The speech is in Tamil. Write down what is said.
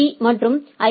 பீ மற்றும் ஐ